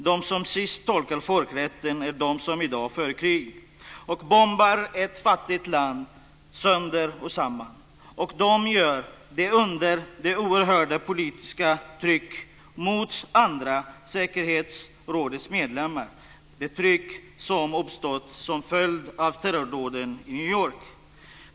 De som sist tolkar folkrätten är de som i dag för krig och bombar ett fattigt land sönder och samman, och de utgör ett oerhört politiskt tryck mot säkerhetsrådets andra medlemmar. Det är ett tryck som har uppstått som en följd av terrordåden i New York.